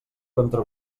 contra